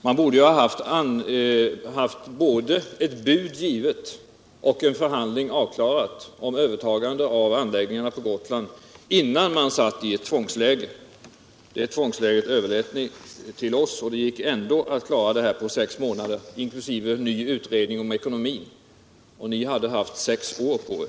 Man borde ha haft både ett bud givet och en förhandling avklarad om övertagande av anläggningarna på Gotland, innan man kom i ett tvångsläge. Det tvångsläget överlät ni till oss. Men det gick ändå att klara det på sex månader inklusive en ny utredning om ekonomin. Ni hade haft sex år på er.